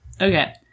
okay